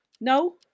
No